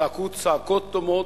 צעקו צעקות דומות,